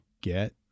get